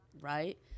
right